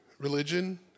Religion